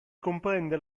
comprende